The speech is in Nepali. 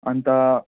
अन्त